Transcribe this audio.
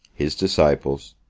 his disciples,